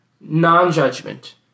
non-judgment